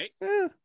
Right